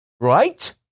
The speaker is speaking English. right